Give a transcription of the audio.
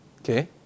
Okay